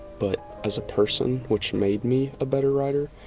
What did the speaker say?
but as a person, which made me a better writer,